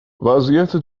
وضعیت